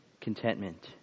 contentment